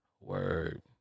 word